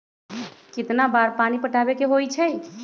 कितना बार पानी पटावे के होई छाई?